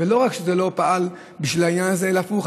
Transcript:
ולא רק שזה לא פעל בשביל העניין הזה אלא הפוך,